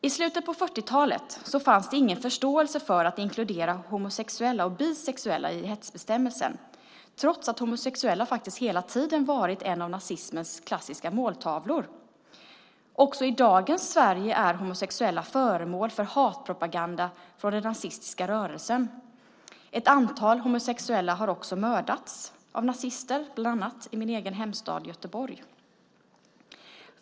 I slutet av 1940-talet fanns ingen förståelse för att inkludera homosexuella och bisexuella i hetsbestämmelsen, trots att homosexuella hela tiden varit en av nazismens klassiska måltavlor. Också i dagens Sverige är homosexuella föremål för hatpropaganda från den nazistiska rörelsen. Ett antal homosexuella har också mördats av nazister, bland annat i min egen hemstad Göteborg.